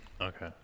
Okay